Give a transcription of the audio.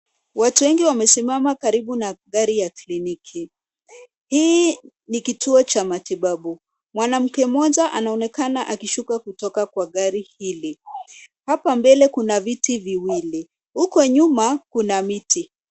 Watu wengi wamesimama karibu na gari ya kliniki. Hii ni kituo cha matibabu, mwanamke mmoja anaonekana akishuka kutoka kwa gari hili. Hapa mbele kuna viti viwili, huku nyuma kuna miti.